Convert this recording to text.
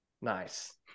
Nice